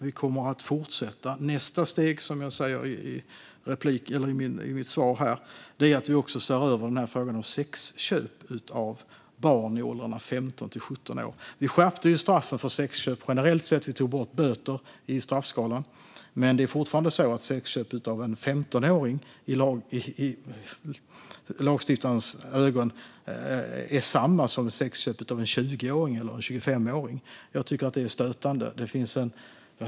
Vi kommer att fortsätta. Nästa steg, som jag sa i mitt svar, är att vi också ser över frågan om sexköp av barn i åldrarna 15-17 år. Vi skärpte straffen för sexköp generellt sett, och vi tog bort böter i straffskalan. Men det är fortfarande så att sexköp av en 15-åring i lagstiftarens ögon är detsamma som sexköp av en 20-åring eller en 25-åring. Jag tycker att det är stötande.